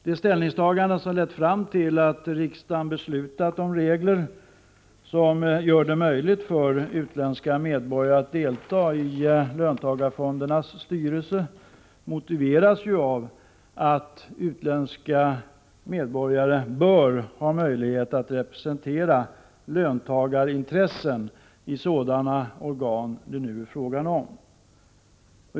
Det ställningstagande som lett fram till att riksdagen beslutat om regler som gör det möjligt för utländska medborgare att delta i löntagarfondernas styrelser motiveras ju av att utländska medborgare bör ha möjlighet att representera löntagarintressen i sådana organ det nu är fråga om.